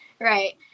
right